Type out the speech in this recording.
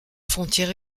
frontière